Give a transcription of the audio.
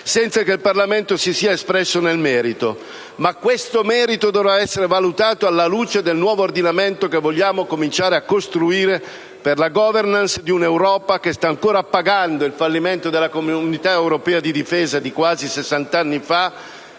senza che il Parlamento si sia espresso nel merito. Questo merito, però, dovrà essere valutato alla luce del nuovo ordinamento che vogliamo cominciare a costruire per la *governance* di un'Europa che sta ancora pagando il fallimento della Comunità europea di difesa (CED) di quasi sessant'anni fa